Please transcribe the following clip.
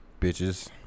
Bitches